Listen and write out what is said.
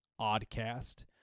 Oddcast